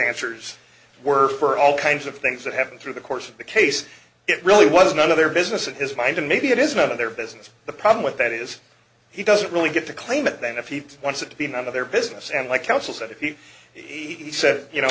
answers were for all kinds of things that happened through the course of the case it really was none of their business in his mind and maybe it is none of their business the problem with that is he doesn't really get to claim it then if he wants it to be none of their business and my counsel said he said you know